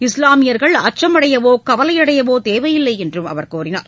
இஸ்லாமியர்கள் அச்சமடையவோ கவலையடையவோ தேவையில்லை என்றும் அவர் குறிப்பிட்டார்